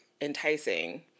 enticing